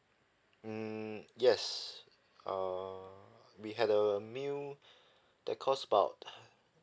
mm yes err we had a meal that cost about